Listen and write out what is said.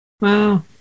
Wow